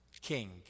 king